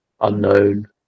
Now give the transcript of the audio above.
unknown